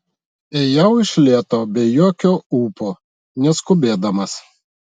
ėjau iš lėto be jokio ūpo neskubėdamas